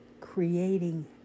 creating